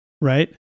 right